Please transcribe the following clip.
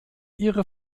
ihre